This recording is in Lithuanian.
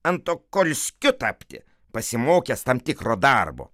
antokolskiu tapti pasimokęs tam tikro darbo